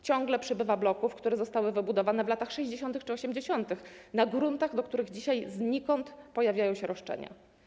Ciągle przybywa bloków, które zostały wybudowane w latach 60. czy 80. na gruntach, do których dzisiaj znikąd pojawiają się roszczenia.